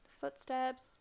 Footsteps